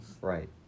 Right